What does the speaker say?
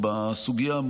גם בנושא התנאים,